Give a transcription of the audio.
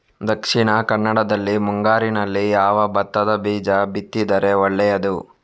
ದಕ್ಷಿಣ ಕನ್ನಡದಲ್ಲಿ ಮುಂಗಾರಿನಲ್ಲಿ ಯಾವ ಭತ್ತದ ಬೀಜ ಬಿತ್ತಿದರೆ ಒಳ್ಳೆಯದು?